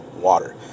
water